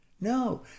No